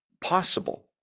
possible